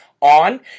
on